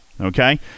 Okay